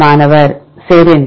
மாணவர் செரின்